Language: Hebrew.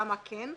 גם מה כן,